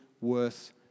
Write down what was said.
worth